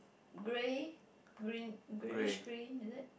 grey green greyish green like that